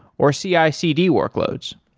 or cicd workloads